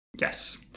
Yes